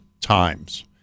times